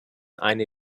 eine